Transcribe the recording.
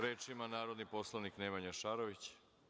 Reč ima narodni poslanik Nemanja Šarović.